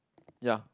ya